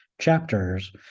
chapters